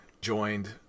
joined